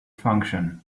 function